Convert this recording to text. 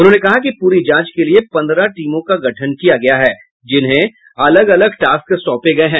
उन्होंने कहा कि पूरी जांच के लिये पंद्रह टीमों का गठन किया गया है जिन्हें अलग अलग टास्क सौंपे गये हैं